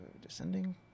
descending